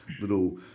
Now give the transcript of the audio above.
little